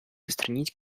устранить